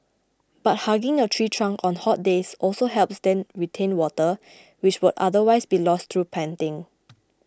but hugging a tree trunk on hot days also helps then retain water which would otherwise be lost through panting